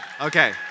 Okay